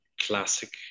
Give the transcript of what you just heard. classic